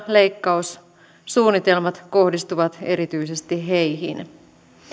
leikkaussuunnitelmat kohdistuvat erityisesti heihin